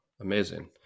Amazing